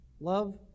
Love